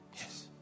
yes